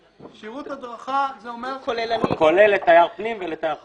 שירות הדרכה זה אומר --- כולל לתייר פנים ולתייר חוץ,